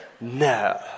No